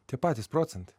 tie patys procentai